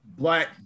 Black